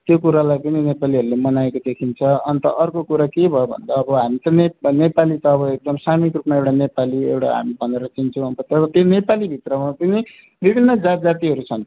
त्यो कुरोलाई पनि नेपालीहरूले मनाएको देखिन्छ अन्त अर्को कुरो के हो भयो भन्दा हामी त ने नेपाली त अब एकदम सामूहिक रूपमा एउटा नेपाली एउटा हामी भनेर चिन्छौँ तर त्यो नेपाली भित्रमा पनि विभिन्न जात जातिहरू छन्